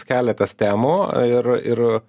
keletas temų ir ir